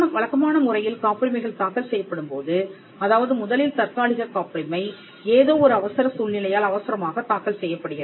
வழக்கமான முறையில் காப்புரிமைகள் தாக்கல் செய்யப்படும் போது அதாவது முதலில் தற்காலிக காப்புரிமை ஏதோ ஒரு அவசர சூழ்நிலையால் அவசரமாகத் தாக்கல் செய்யப்படுகிறது